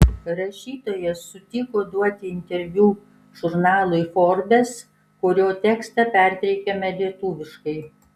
rašytojas sutiko duoti interviu žurnalui forbes kurio tekstą perteikiame lietuviškai